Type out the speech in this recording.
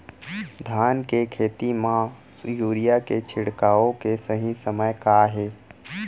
धान के खेती मा यूरिया के छिड़काओ के सही समय का हे?